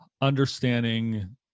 understanding